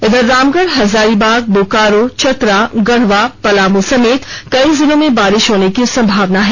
इधर रामगढ़ हजारीबाग बोकारो चतरा गढ़वा पलामू समेत कई जिलों में बारिश होने की संभावना है